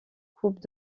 coupes